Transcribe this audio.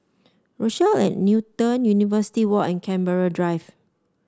Rochelle at Newton University Walk and Canberra Drive